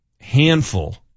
handful